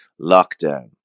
Lockdown